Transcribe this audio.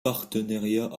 partenariat